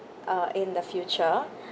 uh in the future